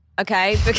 okay